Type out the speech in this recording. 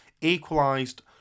equalised